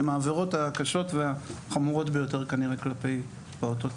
הן העבירות הקשות והחמורות ביותר כנראה כלפי פעוטות.